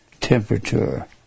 temperature